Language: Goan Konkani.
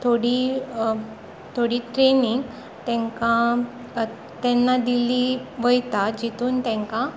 थोडी थोडी ट्रेनींग तांकां तेन्ना दिली वयता जितून तेंकां